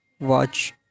watch